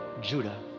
Judah